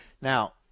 Now